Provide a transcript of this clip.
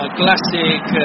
classic